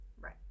right